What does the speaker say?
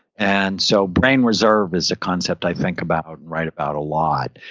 and so brain reserve is a concept i think about, write about a lot.